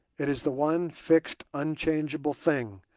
it is the one fixed unchangeable thing